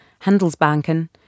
Handelsbanken